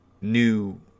new